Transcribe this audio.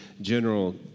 general